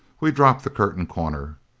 we dropped the curtain corner.